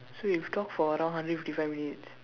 so we've talked for around hundred fifty five minutes